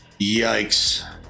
Yikes